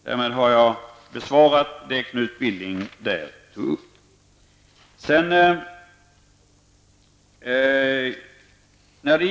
''Därmed har jag svarat Knut Billing.